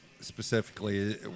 specifically